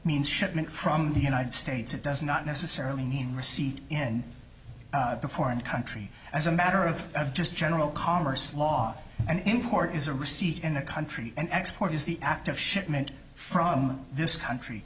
means shipment from the united states it does not necessarily mean receipt in the foreign country as a matter of of just general commerce law an import is a receipt in a country and export is the act of shipment from this country